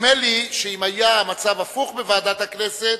נדמה לי שאם היה המצב הפוך בוועדת הכנסת,